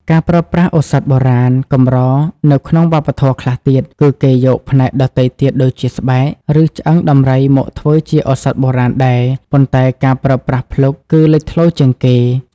ការប្រើប្រាស់ក្នុងឱសថបុរាណកម្រនៅក្នុងវប្បធម៌ខ្លះទៀត គឺគេយក ផ្នែកដទៃទៀតដូចជាស្បែក ឬឆ្អឹងដំរីមកធ្វើជាឱសថបុរាណដែរ ប៉ុន្តែការប្រើប្រាស់ភ្លុកគឺលេចធ្លោជាងគេ។